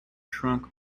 shrunk